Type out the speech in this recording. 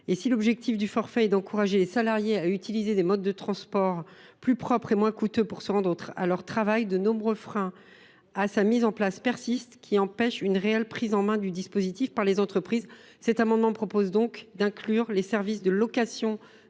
que l’objectif du forfait est d’encourager les salariés à utiliser des modes de transport plus propres et moins coûteux pour aller travailler, de nombreux freins à son déploiement persistent, empêchant une réelle prise en main du dispositif par les entreprises. Aussi, cet amendement vise à inclure les services de location